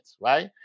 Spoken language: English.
right